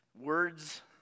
words